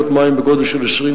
הזה.